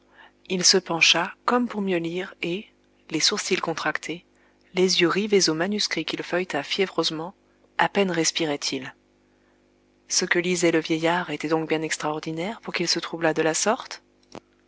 il se pencha comme pour mieux lire et les sourcils contractés les yeux rivés au manuscrit qu'il feuilleta fiévreusement à peine respirait il ce que lisait le vieillard était donc bien extraordinaire pour qu'il se troublât de la sorte